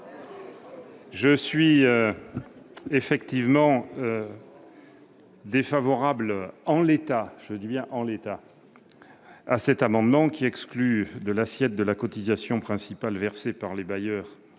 je suis effectivement défavorable à cet amendement, qui exclut de l'assiette de la cotisation principale versée par les bailleurs